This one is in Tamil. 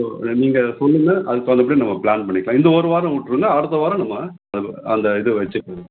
நீங்கள் சொல்லுங்கள் அதுக்கு தகுந்தப்படி நம்ம பிளான் பண்ணிக்கலாம் இந்த ஒரு வாரம் விட்ருங்க அடுத்த வாரம் நம்ம அ அந்த இது வச்சுக்கோங்க